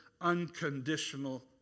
unconditional